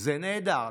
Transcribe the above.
זה נהדר.